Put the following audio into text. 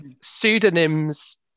pseudonyms